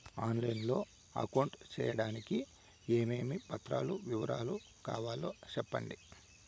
On line లో account సేయడానికి ఏమేమి పత్రాల వివరాలు కావాలో సెప్పండి?